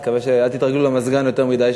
אל תתרגלו למזגן יותר מדי,